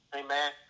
amen